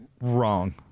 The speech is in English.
Wrong